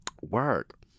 Work